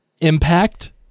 Impact